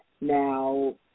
Now